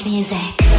Music